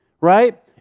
right